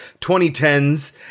2010's